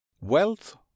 Wealth